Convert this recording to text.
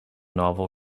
novel